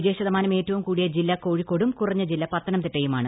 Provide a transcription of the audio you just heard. വിജയശതമാനം ഏറ്റവും കൂടിയ ജില്ല കോഴിക്കോടും കുറഞ്ഞ ജില്ല പത്തനംതിട്ടയുമാണ്